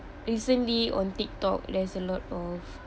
recently on tiktok there's a lot of